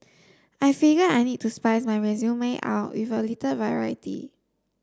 I figured I needed to spice my resume up with a little variety